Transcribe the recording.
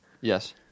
Yes